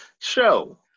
show